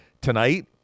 tonight